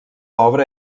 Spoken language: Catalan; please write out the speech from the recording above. obra